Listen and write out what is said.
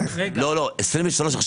הגידור.